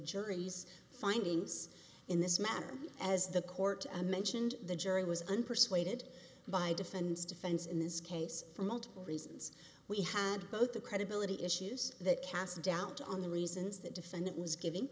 jury's findings in this matter as the court mentioned the jury was unpersuaded by defends defense in this case for multiple reasons we had both the credibility issues that cast doubt on the reasons the defendant was giving